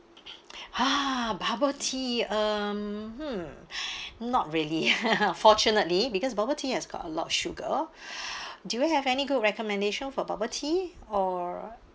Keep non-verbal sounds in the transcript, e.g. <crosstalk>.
ha bubble tea um hmm <breath> not really <laughs> fortunately because bubble tea has got a lot sugar <breath> do you have any good recommendation for bubble tea or